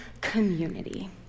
community